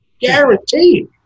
Guaranteed